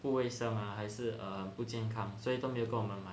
不卫生 mah 还是不健康所以都没有跟我们买